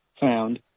found